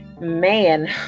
man